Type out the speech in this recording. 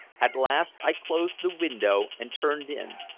at last i closed the window and turned in,